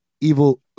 Evil